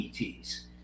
ETs